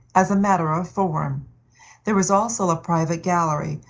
as a matter of form. there was also a private gallery,